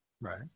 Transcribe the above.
Right